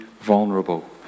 vulnerable